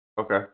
okay